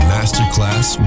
Masterclass